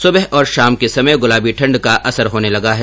सुबह और शाम के समय गुलाबी ठण्ड का असर होने लगा है